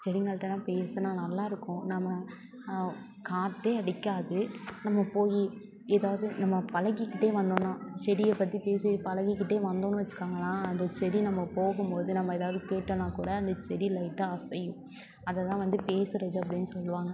செடிங்கள்கிட்டலாம் பேசினா நல்லா இருக்கும் நம்ம காத்தே அடிக்காது நம்ம போய் ஏதாவது நம்ம பழகிக்கிட்டே வந்தோன்னா செடியை பற்றி பேசி பழகிக்கிட்டே வந்தோன்னு வச்சுகோங்களேன் அந்த செடி நம்ம போகும்போது நம்ம ஏதாவது கேட்டோன்னா கூட அந்த செடி லைட்டாக அசையும் அதைதான் வந்து பேசுகிறது அப்படின்னு சொல்லுவாங்க